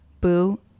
boo